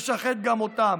משחד גם אותם,